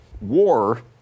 war